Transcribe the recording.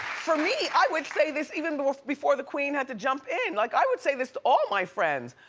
for me, i would say this even before the queen had to jump in. like i would say this to all my friends.